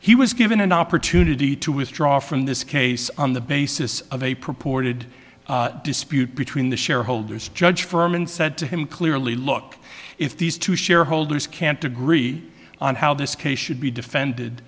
he was given an opportunity to withdraw from this case on the basis of a purported dispute between the shareholders judge for him and said to him clearly look if these two shareholders can't agree on how this case should be defended